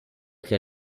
che